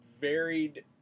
varied